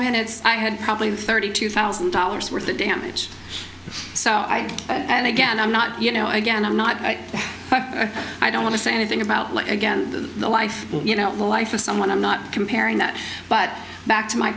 minutes i had probably thirty two thousand dollars worth of damage so i and again i'm not you know again i'm not i don't want to say anything about like again the life you know the life of someone i'm not comparing that but back to my